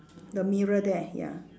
the mirror there ya